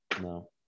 no